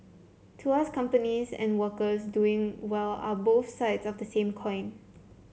to us companies and workers doing well are both sides of the same coin